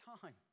time